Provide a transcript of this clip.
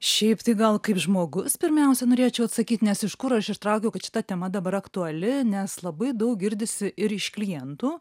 šiaip tai gal kaip žmogus pirmiausia norėčiau atsakyt nes iš kur aš ištraukiau kad šita tema dabar aktuali nes labai daug girdisi ir iš klientų